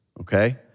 okay